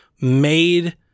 made